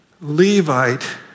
Levite